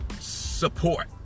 support